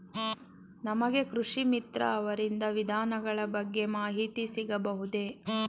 ನಮಗೆ ಕೃಷಿ ಮಿತ್ರ ಅವರಿಂದ ವಿಧಾನಗಳ ಬಗ್ಗೆ ಮಾಹಿತಿ ಸಿಗಬಹುದೇ?